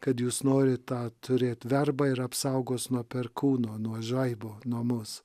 kad jūs norit turėt verbą ir apsaugos nuo perkūno nuo žaibo namus